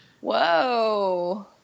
Whoa